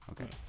okay